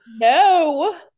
no